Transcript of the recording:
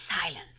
silence